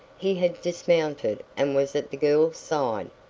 he had dismounted and was at the girl's side.